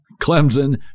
Clemson